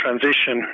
transition